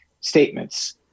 statements